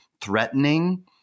threatening